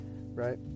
right